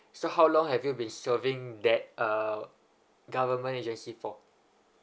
so how long have you been serving that uh government agency for